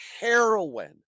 heroin